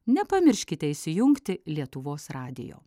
nepamirškite įsijungti lietuvos radijo